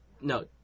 no